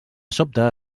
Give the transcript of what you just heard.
sobte